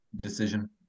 decision